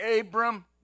Abram